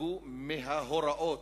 חרגו מההוראות.